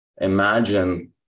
Imagine